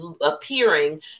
appearing